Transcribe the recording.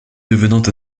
devenant